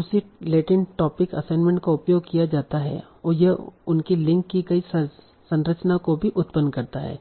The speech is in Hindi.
उसी लेटेन्ट टोपिक असाइनमेंट का उपयोग किया जाता है और यह उनकी लिंक की गई संरचना को भी उत्पन्न करता है